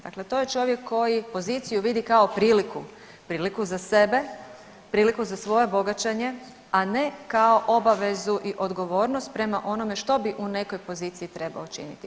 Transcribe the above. Dakle, to je čovjek koji poziciju vidi kao priliku, priliku za sebe, priliku za svoje bogaćenje, a ne kao obavezu i odgovornost prema onome što bi u nekoj poziciji trebao činiti.